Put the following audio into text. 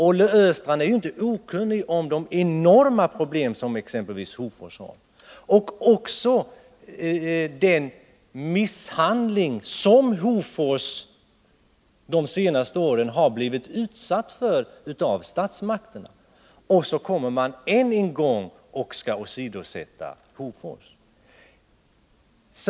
Olle Östrand är ju inte okunnig om de enorma problem som exempelvis Hofors har eller om på vilket sätt som Hofors under de senaste åren har misshandlats av statsmakterna. Nu tänker man än en gång åsidosätta Hofors.